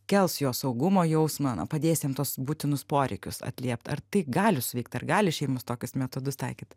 kels jo saugumo jausmą na padės jam tuos būtinus poreikius atliept ar tai gali suveikt ar gali šeimos tokius metodus taikyt